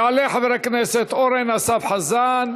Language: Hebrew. יעלה חבר הכנסת אורן אסף חזן,